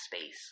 space